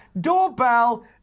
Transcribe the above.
Doorbell